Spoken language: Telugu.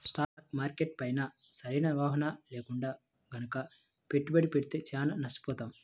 స్టాక్ మార్కెట్ పైన సరైన అవగాహన లేకుండా గనక పెట్టుబడి పెడితే చానా నష్టపోతాం